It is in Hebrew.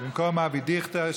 במקום אבי דיכטר.